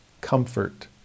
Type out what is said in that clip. comfort